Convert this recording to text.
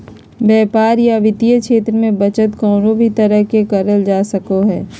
व्यापार या वित्तीय क्षेत्र मे बचत कउनो भी तरह से करल जा सको हय